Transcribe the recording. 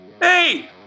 hey